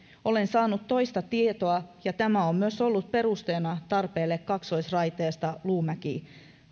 olen saanut toista tietoa ja tämä on myös ollut perusteena tarpeelle kaksoisraiteesta luumäki